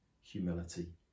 humility